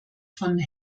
von